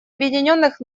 объединенных